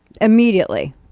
Immediately